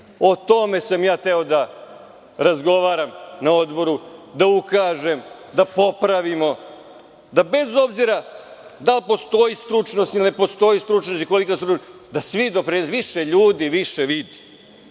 tome sam ja hteo da razgovaram na odboru, da ukažem da popravimo, da bez obzira da li postoji stručnost ili ne postoji stručnost i kolika je stručnost, da više ljudi više vidi.